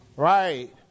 Right